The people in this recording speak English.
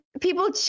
people